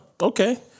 Okay